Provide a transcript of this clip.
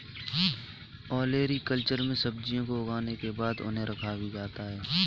olericulture में सब्जियों को उगाने के बाद उन्हें रखा भी जाता है